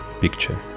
picture